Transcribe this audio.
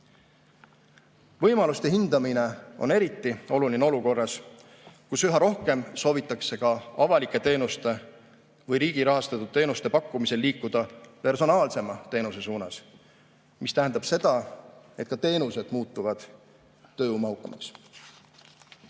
Võimaluste hindamine on eriti oluline olukorras, kus üha rohkem soovitakse ka avalike teenuste või riigi rahastatud teenuste pakkumisel liikuda personaalsema teenuse suunas, mis tähendab seda, et teenused muutuvad ka tööjõumahukamaks.